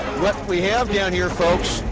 what we have down here, folks,